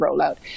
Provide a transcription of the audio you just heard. rollout